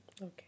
Okay